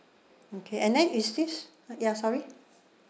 okay and then is this ah ya sorry